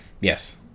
Yes